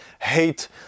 hate